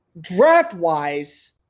Draft-wise